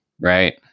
Right